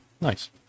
Nice